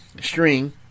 string